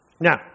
Now